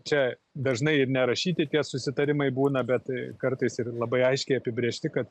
čia dažnai ir nerašyti tie susitarimai būna bet kartais ir labai aiškiai apibrėžti kad